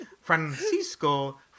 Francisco